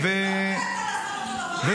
אל תעיר כל הזמן אותו דבר.